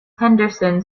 henderson